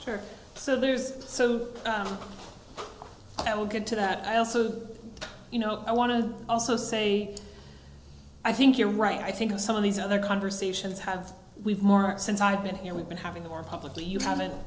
r so there's so i will get to that i also you know i want to also say i think you're right i think some of these other conversations have we've marked since i've been here we've been having more publicly you haven't